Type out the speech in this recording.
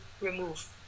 remove